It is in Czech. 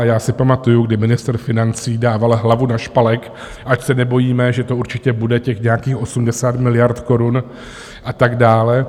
A já si pamatuji, kdy ministr financí dával hlavu na špalek, ať se nebojíme, že to určitě bude, těch nějakých 80 miliard korun a tak dále.